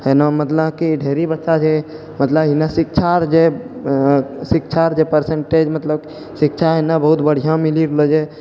एना मतलबकि ढेरी बच्चा छै मतलब एहिना शिक्षा र जे शिक्षा र जे परसेन्टेज मतलब शिक्षा एने बहुत बढ़िआँ मिलि रहलो छै